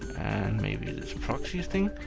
and maybe this and proxy thing.